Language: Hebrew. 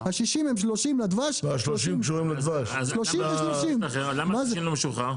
ה-30 זה לדבש- -- למה זה לא שוחרר?